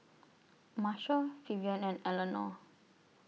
Marshal Vivien and Eleanor